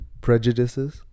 prejudices